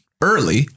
early